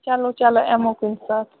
چلو چلو یِمو کُنہِ ساتہٕ